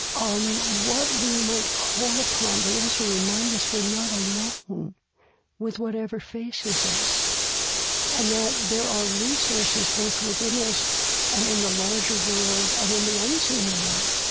um what we might call upon. they also remind us we're not alone with whatever faces us and that there are resources, both within us and in the larger world and in the unseen world,